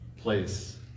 place